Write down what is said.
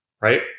Right